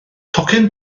tocyn